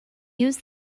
used